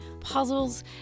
puzzles